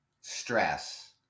stress